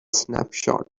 snapshot